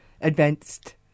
advanced